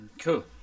Cool